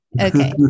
Okay